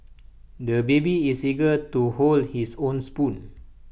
the baby is eager to hold his own spoon